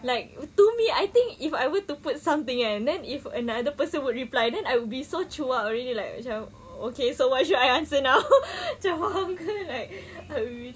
like to me I think if I were to put something kan then if another person would reply then I would be so cuak already like macam okay so what should I answer now macam wonder like